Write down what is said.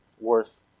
worth